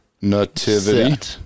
nativity